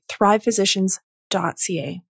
thrivephysicians.ca